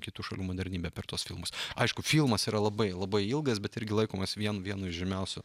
kitų šalių modernybę per tuos filmus aišku filmas yra labai labai ilgas bet irgi laikomas vien vienu iš žymiausių